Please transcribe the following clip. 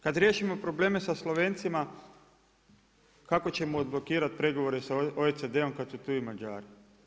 Kad riješimo probleme sa Slovencima, kako ćemo odblokirati pregovore sa OECD-om kad su tu i Mađari?